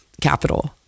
capital